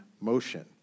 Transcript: motion